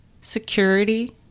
security